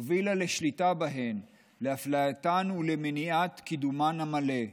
הובילה לשליטה בהן, לאפלייתן ולמניעת קידומן המלא,